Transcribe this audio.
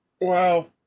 Wow